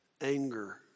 anger